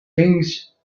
things